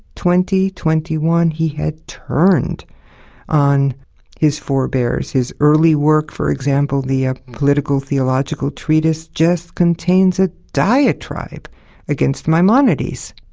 twenty, twenty one he had turned on his forbears his early work, for example, the ah political-theological treatise just contains a diatribe against maimonides.